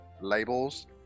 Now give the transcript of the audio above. labels